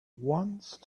once